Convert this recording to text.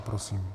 Prosím.